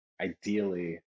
ideally